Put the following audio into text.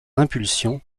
impulsion